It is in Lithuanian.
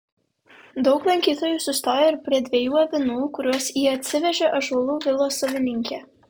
daug lankytojų sustojo ir prie dviejų avinų kuriuos į atsivežė ąžuolų vilos savininkė